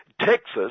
Texas